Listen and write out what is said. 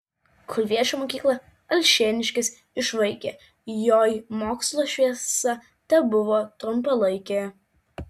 kulviečio mokyklą alšėniškis išvaikė joj mokslo šviesa tebuvo trumpalaikė